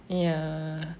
ya